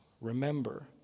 Remember